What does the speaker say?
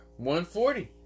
140